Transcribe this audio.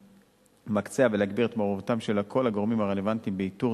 למקצע ולהגביר את מעורבותם של כל הגורמים הרלוונטיים באיתור,